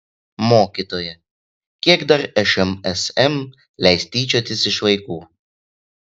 mokytoja kiek dar šmsm leis tyčiotis iš vaikų